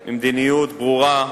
עם מדיניות ברורה,